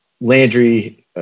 Landry